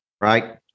right